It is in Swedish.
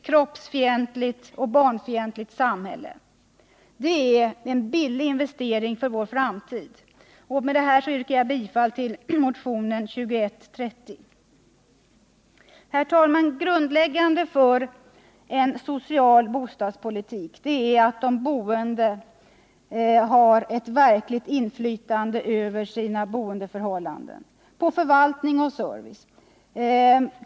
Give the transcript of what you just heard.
kroppsfientligt och barnfientligt samhälle. Det är en billig investering för vår framtid. Med detta yrkar jag bifall till motionen 2130. Herr talman! Grundläggande för en social bostadspolitik är att de boende har ett verkligt inflytande över sina boendeförhållanden, på förvaltning och service.